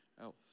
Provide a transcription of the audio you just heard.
else